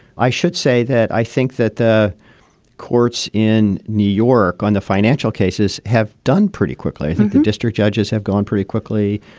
i should say that i think that the courts in new york on the financial cases have done pretty quickly. i think the district judges have gone pretty quickly.